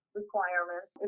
requirements